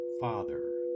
father